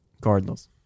Cardinals